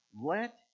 let